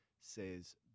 says